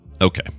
Okay